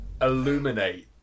illuminate